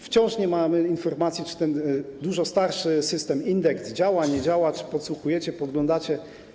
Wciąż nie mamy informacji, czy ten dużo starszy system INDECT działa, czy nie działa, czy podsłuchujecie, podglądacie.